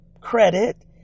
credit